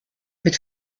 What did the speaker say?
mit